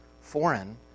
Foreign